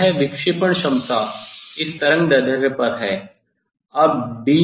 इसलिए यह विक्षेपण क्षमता इस तरंगदैर्ध्य पर है